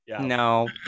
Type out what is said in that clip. No